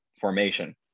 formation